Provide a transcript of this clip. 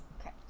okay